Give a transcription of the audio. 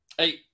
Hey